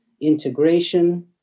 integration